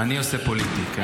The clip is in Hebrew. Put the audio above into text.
אני עושה פוליטי, כן.